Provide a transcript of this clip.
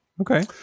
Okay